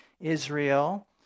Israel